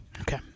Okay